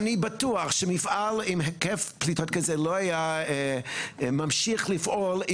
אני בטוח שמפעל עם היקף פליטות כזה לא היה ממשיך לפעול,